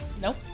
Nope